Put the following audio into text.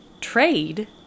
Trade